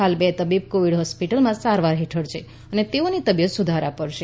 હાલ બે તબીબ કોવિડ હોસ્પિટલમાં સારવાર હેઠળ છે અને તેઓની તબિયત સુધારા પર છે